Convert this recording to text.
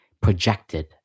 projected